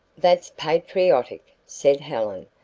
that's patriotic, said helen,